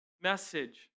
message